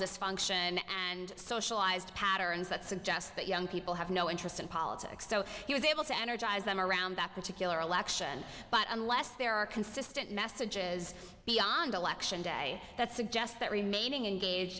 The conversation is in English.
dysfunction and socialized patterns that suggest that young people have no interest in politics so he was able to energize them around that particular election but unless there are consistent messages beyond election day that suggests that remaining engaged